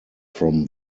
from